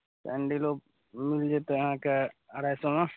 सैंडिलो मिल जेतै अहाँके अढ़ाइ सएमे